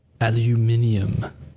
Aluminium